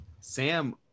sam